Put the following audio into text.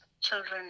children